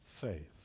faith